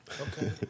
Okay